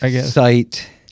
site